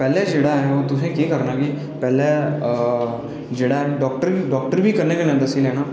पैह्लें जेह्ड़ा ऐ तुसें केह् करना कि पैह्लें जेह्ड़ा ऐ डाक्टर गी डाक्टर बी कन्नै कन्नै दस्सी लैना